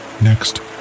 Next